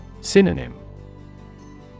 Synonym